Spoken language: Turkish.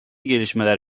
gelişmeler